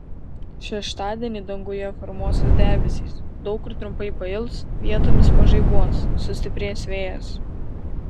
šeštadienį danguje formuosis debesys daug kur trumpai pails vietomis pažaibuos sustiprės vėjas